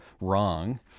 wrong